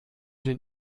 den